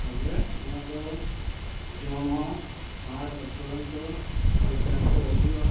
ᱛᱚᱵᱮ ᱚᱱᱟ ᱫᱚ ᱡᱚᱢ ᱦᱚᱸ ᱟᱨ ᱚᱯᱷᱩᱨᱚᱱᱛᱚ ᱯᱟᱭᱠᱟᱨ ᱠᱚ ᱦᱟᱡᱩᱜᱼᱟ